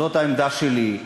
זאת העמדה שלי,